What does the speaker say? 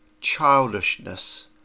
childishness